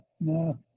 No